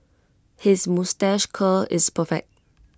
his moustache curl is perfect